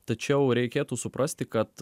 tačiau reikėtų suprasti kad